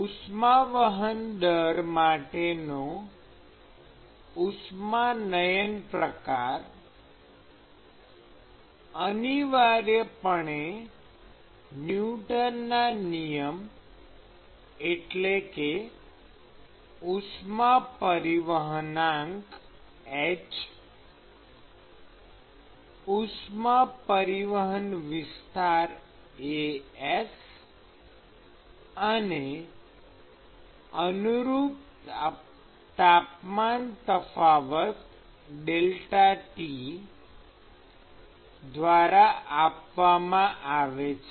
ઉષ્મા વહન દર માટેનો ઉષ્માનયન પ્રકાર અનિવાર્યપણે ન્યુટનના નિયમ એટલે કે ઉષ્મા પરિવહનાંક ઉષ્મા પરિવહન વિસ્તાર અને અનુરૂપ તાપમાન તફાવત ΔT સ્નેપશોટ જુઓ દ્વારા આપવામાં આવે છે